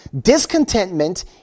discontentment